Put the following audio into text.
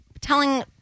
telling